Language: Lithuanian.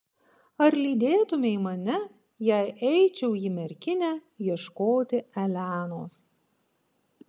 ar lydėtumei mane jei eičiau į merkinę ieškoti elenos